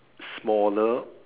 smaller